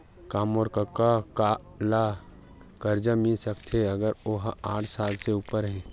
का मोर कका ला कर्जा मिल सकथे अगर ओ हा साठ साल से उपर हे?